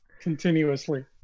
continuously